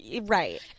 right